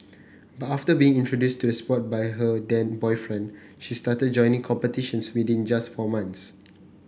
but after being introduced to the sport by her then boyfriend she started joining competitions within just four months